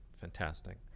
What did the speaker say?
fantastic